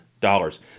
dollars